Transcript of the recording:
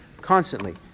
constantly